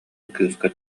кыыска